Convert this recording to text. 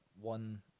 one